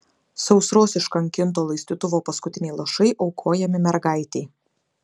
sausros iškankinto laistytuvo paskutiniai lašai aukojami mergaitei